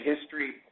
history